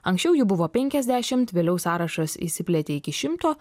anksčiau jų buvo penkiasdešimt vėliau sąrašas išsiplėtė iki šimto